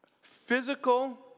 physical